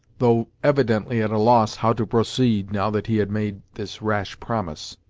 though evidently at a loss how to proceed now that he had made this rash promise.